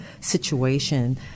situation